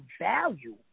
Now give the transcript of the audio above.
value